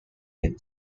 been